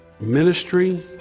ministry